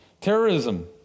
terrorism